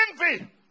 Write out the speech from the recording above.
envy